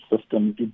system